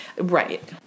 Right